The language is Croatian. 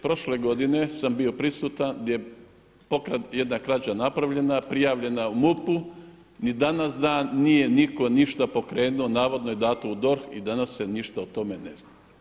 Prošle godine sam bio prisutan gdje je jedna krađa napravljena, prijavljena u MUP-u ni danas dan nije niko ništa pokrenuo, navodno je dato u DORH i danas se ništa o tome ne zna.